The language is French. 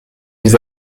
les